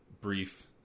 brief